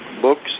books